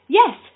yes